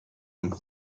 him